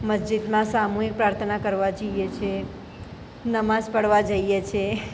મસ્જિદમાં સામુહિક પ્રાર્થના કરવા જઈએ છે નમાઝ પઢવા જઈએ છે